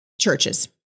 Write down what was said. churches